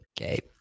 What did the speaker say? Okay